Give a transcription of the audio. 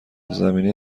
زمینه